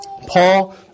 Paul